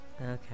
Okay